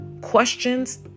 questions